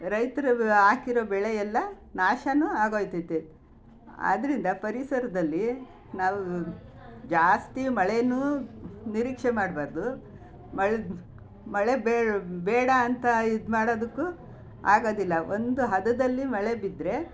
ರೈತರು ಹಾಕಿರೊ ಬೆಳೆ ಎಲ್ಲ ನಾಶವೂ ಆಗೋಗ್ತದೆ ಆದ್ದರಿಂದ ಪರಿಸರದಲ್ಲಿ ನಾವು ಜಾಸ್ತಿ ಮಳೆಯೂ ನಿರೀಕ್ಷೆ ಮಾಡಬಾರ್ದು ಮಳೆ ಮಳೆ ಬೇಡಾಂತ ಇದು ಮಾಡೋದಕ್ಕೂ ಆಗೋದಿಲ್ಲ ಒಂದು ಹದದಲ್ಲಿ ಮಳೆ ಬಿದ್ದರೆ